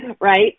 Right